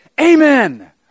amen